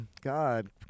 God